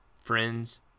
friends